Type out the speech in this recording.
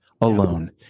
alone